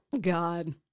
god